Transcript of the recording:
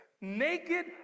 Naked